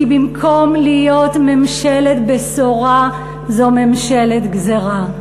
כי במקום להיות ממשלת בשורה זו ממשלת גזירה,